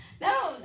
No